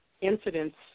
incidents